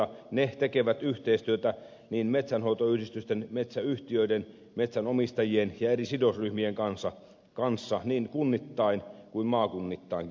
ne tekevät yhteistyötä niin metsänhoitoyhdistysten metsäyhtiöiden metsänomistajien kuin eri sidosryhmien kanssa niin kunnittain kuin maakunnittainkin